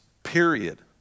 Period